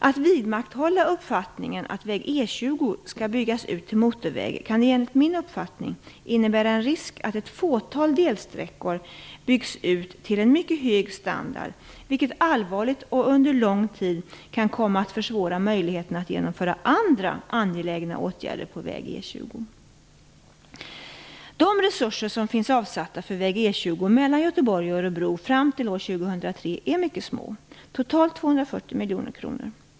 Att vidmakthålla uppfattningen att väg E 20 skall byggas ut till motorväg kan enligt min uppfattning innebära en risk att ett fåtal delsträckor byggs ut till en mycket hög standard, vilket allvarligt och under lång tid kan komma att försvåra möjligheten att genomföra andra angelägna åtgärder på väg De resurser som finns avsatta för väg E 20 mellan Göteborg och Örebro fram till år 2003 är mycket små, totalt 240 miljoner kronor.